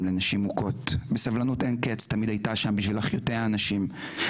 אבל עלה תאנה כמו שכל עלה שמנותק מהענפים